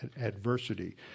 adversity